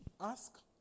Ask